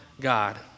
God